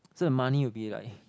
so the money will be like